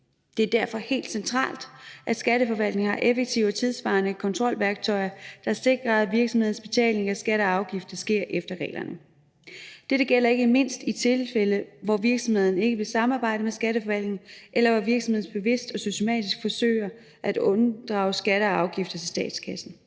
Det er derfor helt centralt, at Skatteforvaltningen har effektive og tidssvarende kontrolværktøjer, der sikrer, at virksomhedernes betalinger af skatter og afgifter sker efter reglerne. Dette gælder ikke mindst i tilfælde, hvor virksomheden ikke vil samarbejde med Skatteforvaltningen, eller hvor virksomheden bevidst og systematisk forsøger at unddrage skatter og afgifter til statskassen.